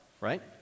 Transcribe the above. right